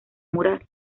mural